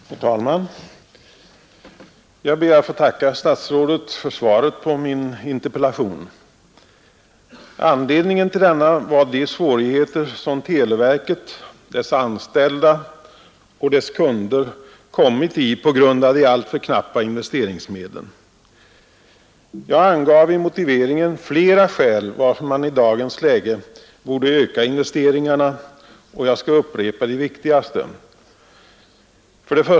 Herr talman! Jag ber att få tacka statsrådet för svaret på min 89 interpellation. Anledningen till denna var de svårigheter som televerket, dess anställda och dess kunder kommit i på grund av de alltför knappa investeringsmedlen. Jag angav i motiveringen flera skäl till att man i dagens läge borde öka investeringarna, och jag skall upprepa de viktigaste: 1.